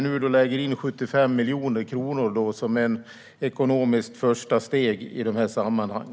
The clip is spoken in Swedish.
Nu avsätter vi 75 miljoner kronor som ett ekonomiskt första steg i detta sammanhang.